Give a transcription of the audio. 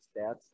stats